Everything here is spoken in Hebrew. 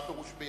מה פירוש?